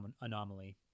Anomaly